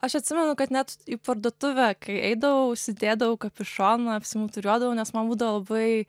aš atsimenu kad net į parduotuvę kai eidavau užsidėdavau kapišoną apsimuturiuodavau nes man būdavo labai